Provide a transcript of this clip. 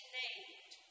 named